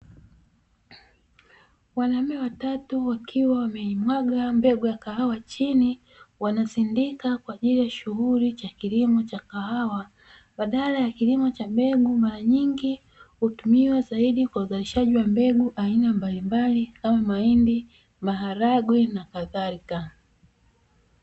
Wanaume watatu wakiwa wameimwaga mbegu ya kahawa chini, wanasindika kwa ajili ya shughuli za kilimo cha kahawa; badala ya kilimo cha mbegu mara nyingi hutumiwa zaidi kwa uzalishaji wa mbegu aina mbalimbali kama: mahindi, maharage, na kadhalika.